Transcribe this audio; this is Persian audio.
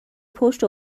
پشت